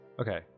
Okay